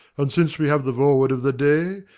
and since we have the vaward of the day,